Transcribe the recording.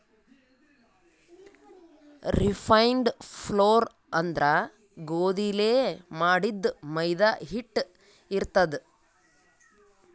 refined flour ಅಂದ್ರ ಗೋಧಿಲೇ ಮಾಡಿದ್ದ್ ಮೈದಾ ಹಿಟ್ಟ್ ಇರ್ತದ್